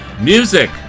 Music